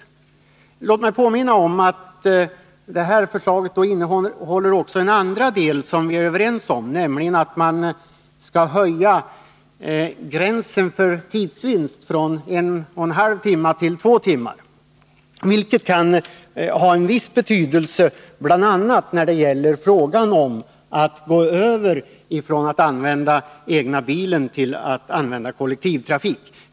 Men låt mig påminna om att förslaget också innehåller en andra del som vi är överens om, nämligen att gränsen för tidsvinsten skall sättas vid två timmar i stället för vid en och en halv timme. Det kan ha en viss betydelse bl.a. när det gäller benägenheten att gå över från att använda den egna bilen till att använda sig av kollektivtrafiken.